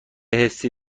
حسی